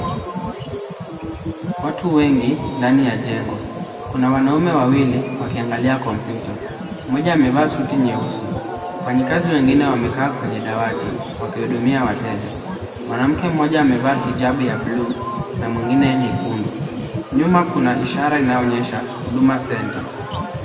Watu wengi ndani ya jengo. Kuna wanaume wawili wakiangalia kompyuta. Mmoja amevaa suti nyeusi. Wafanyikazi wengine wamekaa kwenye dawati wakihudumia wateja. Mwanamke mmoja amevaa hijabu ya bluu na mwingine nyekundu. Nyuma kuna ishara inayoonyesha Huduma Centre.